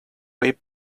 way